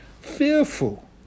fearful